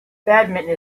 badminton